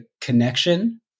connection